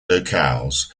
locales